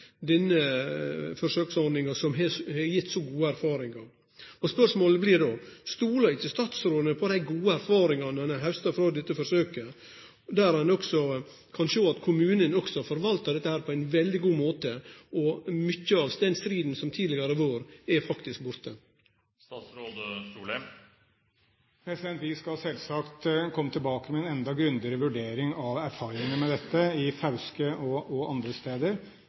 denne forsøksordninga som har gitt så gode erfaringar. Spørsmålet blir då: Stoler ikkje statsråden på dei gode erfaringane ein har hausta frå dette forsøket, der ein også kan sjå at kommunen forvaltar dette på ein veldig god måte, og der mykje av den striden som har vore tidlegare, faktisk er borte? Vi skal selvsagt komme tilbake med en enda grundigere vurdering av erfaringene med dette i Fauske og andre